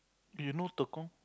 you know Tekong